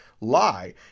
lie